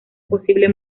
posible